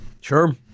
Sure